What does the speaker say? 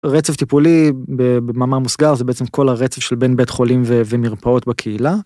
רצף טיפולי במאמר מוסגר זה בעצם כל הרצף של בין בית חולים ומרפאות בקהילה.